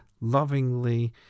lovingly